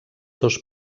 dos